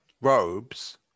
robes